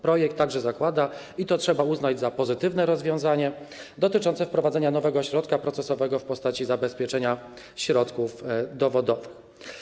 Projekt także zakłada - i to trzeba uznać za pozytywne rozwiązanie - wprowadzenie nowego środka procesowego w postaci zabezpieczenia środków dowodowych.